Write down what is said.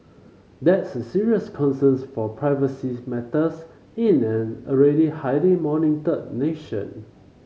that's a serious concerns for privacy matters in an already highly monitored nation